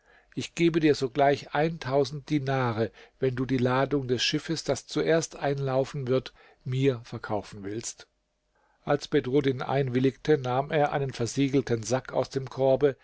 ich gebe dir sogleich dinare wenn du die ladung des schiffes das zuerst einlaufen wird mir verkaufen willst als bedruddin einwilligte nahm er einen versiegelten sack aus dem korbe